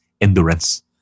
endurance